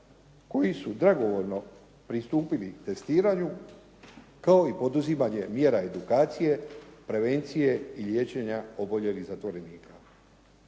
koji su dragovoljno pristupili testiranju kao i poduzimanje mjera edukacije, prevencije i liječenja oboljelih zatvorenika.